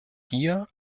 hier